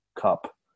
cup